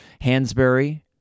Hansberry